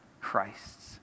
Christ's